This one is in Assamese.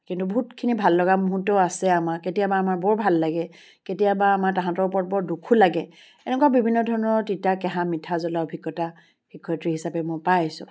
কিন্তু বহুতখিনি ভাললগা মুহূৰ্তও আছে আমাৰ কেতিয়াবা আমাৰ বৰ ভাল লাগে কেতিয়াবা আমাৰ তাহাঁতৰ ওপৰত বৰ দুখো লাগে এনেকুৱা বিভিন্ন ধৰণৰ তিতা কেহা মিঠা জ্বলা অভিজ্ঞতা শিক্ষয়ত্ৰী হিচাপে মই পাই আহিছোঁ